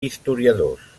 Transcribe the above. historiadors